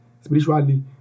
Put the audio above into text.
spiritually